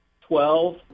Twelve